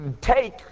take